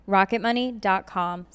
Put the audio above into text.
Rocketmoney.com